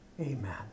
Amen